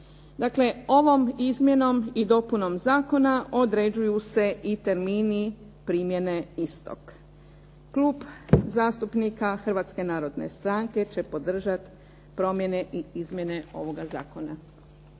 ovom izmjenom i dopunom zakona određuju se i termini primjene istog. Klub zastupnika Hrvatske narodne stranke će podržati promjene i izmjene ovoga zakona.